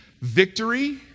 victory